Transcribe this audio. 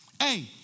Hey